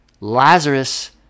Lazarus